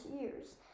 years